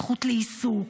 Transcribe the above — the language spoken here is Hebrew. הזכות לעיסוק,